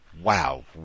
wow